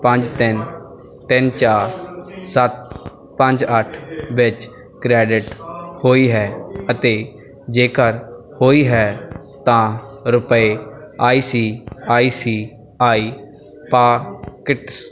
ਪੰਜ ਤਿੰਨ ਤਿੰਨ ਚਾਰ ਸੱਤ ਪੰਜ ਅੱਠ ਵਿੱਚ ਕ੍ਰੈਡਿਟ ਹੋਈ ਹੈ ਅਤੇ ਜੇਕਰ ਹੋਈ ਹੈ ਤਾਂ ਰੁਪਏ I C I C I pockets